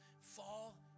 Fall